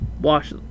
wash